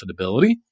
profitability